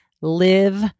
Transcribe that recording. live